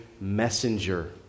messenger